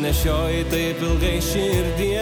nešioji taip ilgai širdyje